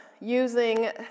using